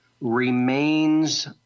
remains